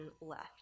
left